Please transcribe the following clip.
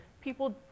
People